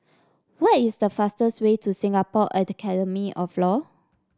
what is the fastest way to Singapore of Law